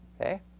Okay